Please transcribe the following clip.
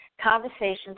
conversations